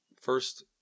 first